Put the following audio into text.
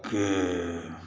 के